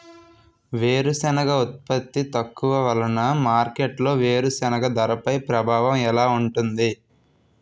వేరుసెనగ ఉత్పత్తి తక్కువ వలన మార్కెట్లో వేరుసెనగ ధరపై ప్రభావం ఎలా ఉంటుంది?